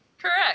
Correct